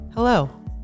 Hello